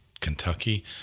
Kentucky